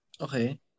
Okay